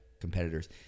competitors